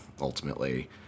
ultimately